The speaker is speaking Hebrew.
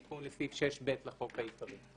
תיקון לסעיף 6ב לחוק העיקרי.